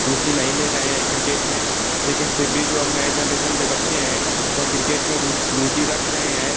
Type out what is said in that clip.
रुचि नहीं ले रहे हैं क्रिकेट में लेकिन फिर भी जो अब नए जनेरेसन के बच्चे हैं वह क्रिकेट में रुचि रख रहे हैं